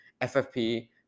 FFP